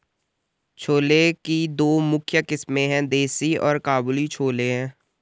छोले की दो मुख्य किस्में है, देसी और काबुली छोले हैं